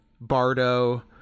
Bardo